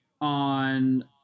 on